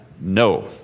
No